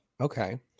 Okay